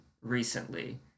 recently